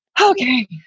Okay